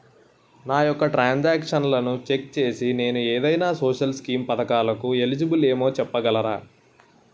నా యెక్క ట్రాన్స్ ఆక్షన్లను చెక్ చేసి నేను ఏదైనా సోషల్ స్కీం పథకాలు కు ఎలిజిబుల్ ఏమో చెప్పగలరా?